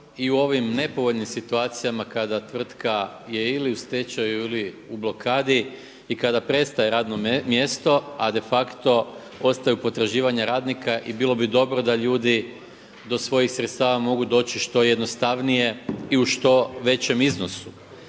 i u ovim nepovoljnim situacijama kada je tvrtka ili u stečaju ili u blokadi i kada prestaje radno mjesto, a de facto ostaju potraživanja radnika i bilo bi dobro da ljudi do svojih sredstava mogu doći što jednostavnije i u što većem iznosu.